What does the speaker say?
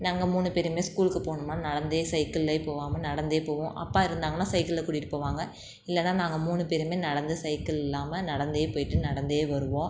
நாங்கள் மூணு பேரும் ஸ்கூலுக்கு போகணும்னா நடந்து சைக்கிளில் போகாம நடந்து போவோம் அப்பா இருந்தாங்கன்னா சைக்கிளில் கூட்டிகிட்டுப் போவாங்க இல்லைன்னா நாங்கள் மூணு பேரும் நடந்து சைக்கிள் இல்லாமல் நடந்து போய்ட்டு நடந்து வருவோம்